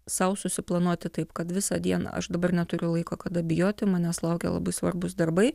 sau susiplanuoti taip kad visą dieną aš dabar neturiu laiko kada bijoti manęs laukia labai svarbus darbai